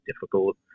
difficult